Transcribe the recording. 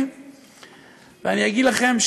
לי ואני אגיד לכם,